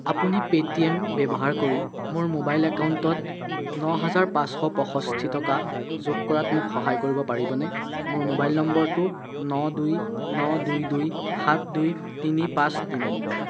আপুনি পেটিএম ব্যৱহাৰ কৰি মোৰ মোবাইল একাউণ্টত ন হাজাৰ পাঁচশ পয়ঁষষ্ঠি টকা যোগ কৰাত মোক সহায় কৰিব পাৰিবনে মোৰ মোবাইল নম্বৰটো ন দুই ন দুই দুই সাত দুই তিনি পাঁচ তিনি